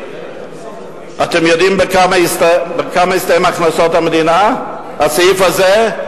אתם יודעים בכמה הסתיים בהכנסות המדינה הסעיף הזה?